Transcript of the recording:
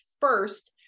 first